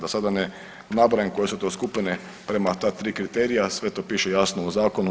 Da sada ne nabrajam koje su to skupine prema ta 3 kriterija sve to piše jasno u zakonu.